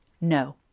No